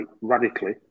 radically